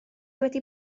wedi